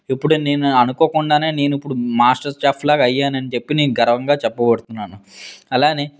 ఇప్పుడు నేను అనుకోకుండా నేను ఇప్పుడు మాస్టర్ చెఫ్లాగా అయ్యానని చెప్పి నేను గర్వంగా చెప్పబడున్నాను అలాగే